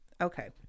Okay